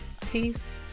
peace